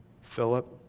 Philip